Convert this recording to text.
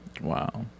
Wow